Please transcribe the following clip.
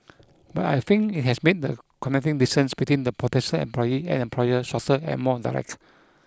but I think it has made the connecting distance between the potential employee and employer shorter and more direct